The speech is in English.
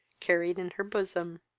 carried in her bosom.